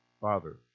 Father